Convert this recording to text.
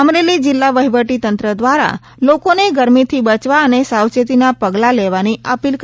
અમરેલી જિલ્લા વહીવટીતંત્ર દ્વારા લોકોને ગરમીથી બચવા અને સાવચેતીના પગલાં લેવાની અપીલ કરી છે